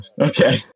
Okay